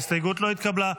ההסתייגות לא התקבלה.